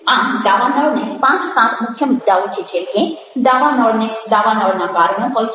આમ દાવાનળને પાંચ સાત મુખ્ય મુદ્દાઓ છે જેમ કે દાવાનળને દાવાનળના કારણો હોય છે